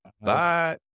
Bye